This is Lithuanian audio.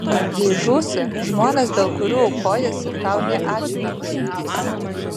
jei žūsi žmonės dėl kurių aukojiesi tau nė ačiū nepasakys